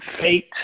Fate